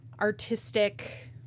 artistic